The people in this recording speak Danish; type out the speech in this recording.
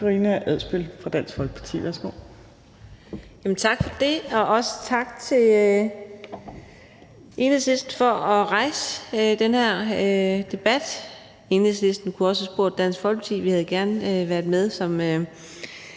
Tak for det. Og også tak til Enhedslisten for at rejse den her debat. Enhedslisten kunne også have spurgt Dansk Folkeparti; vi havde gerne været med som